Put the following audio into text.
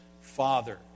Father